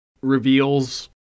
reveals